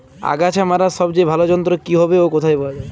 আগাছা মারার সবচেয়ে ভালো যন্ত্র কি হবে ও কোথায় পাওয়া যাবে?